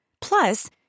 Plus